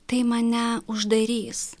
tai mane uždarys